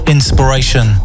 Inspiration